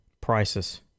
prices